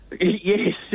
yes